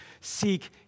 seek